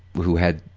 who had,